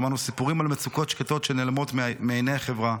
שמענו סיפורים על מצוקות שקטות שנעלמות מעיני החברה,